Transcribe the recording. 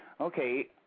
Okay